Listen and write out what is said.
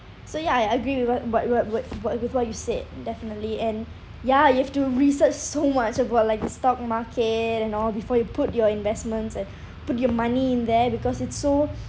so ya I agree with what what what what with what you said definitely and ya you have to research so much about like stock market and all before you put your investments and put your money in there because it's so